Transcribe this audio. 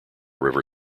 river